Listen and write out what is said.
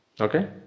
okay